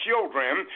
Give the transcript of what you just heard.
children